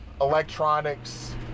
electronics